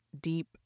deep